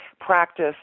practice